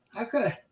Okay